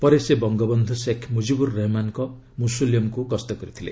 ପରେ ସେ ବଙ୍ଗବନ୍ଧୁ ଶେଖ୍ ମୁଜିବୁର ରହମାନଙ୍କ ମୁସୋଲିୟମ୍କୁ ଗସ୍ତ କରିଥିଲେ